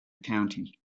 county